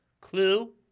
Clue